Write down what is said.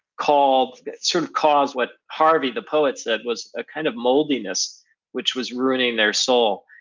called, sort of cause what harvey the poet said was a kind of moldiness which was ruining their soul,